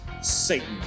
Satan